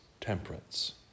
temperance